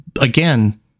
again